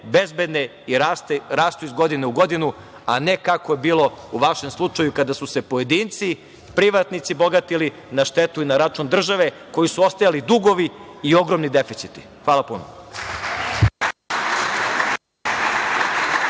bezbedne i rastu iz godine u godinu, a ne kako je bilo u vašem slučaju kada su se pojedinci, privatnici bogatili na štetu i na račun države, koji su ostajali dugovi i ogromni deficiti. Hvala puno.